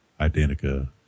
Identica